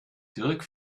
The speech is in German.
dirk